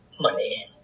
money